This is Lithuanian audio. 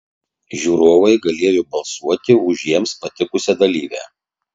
žiūrovai galėjo balsuoti už jiems patikusią dalyvę